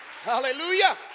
Hallelujah